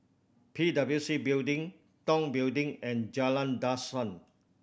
P W C Building Tong Building and Jalan Dusan